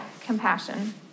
compassion